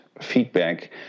feedback